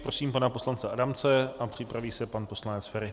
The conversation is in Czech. Prosím pana poslance Adamce a připraví se pan poslanec Feri.